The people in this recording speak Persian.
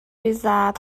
ریزد